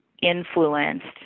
influenced